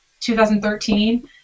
2013